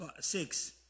six